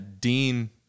Dean